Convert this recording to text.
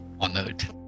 Honored